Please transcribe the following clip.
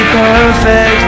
perfect